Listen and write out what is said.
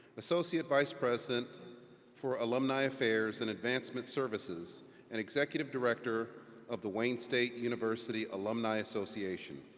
associate vice president for alumni affairs and advancement services and executive director of the wayne state university alumni association.